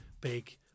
big